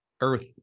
earth